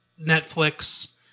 Netflix